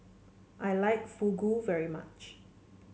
I like Fugu very much